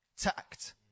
tact